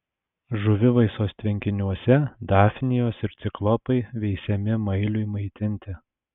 žuvivaisos tvenkiniuose dafnijos ir ciklopai veisiami mailiui maitinti